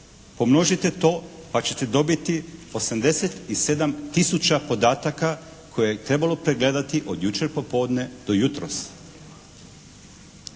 Pomnožite to pa ćete dobiti 87 tisuća podataka koje je trebalo pregledati od jučer popodne do jutros.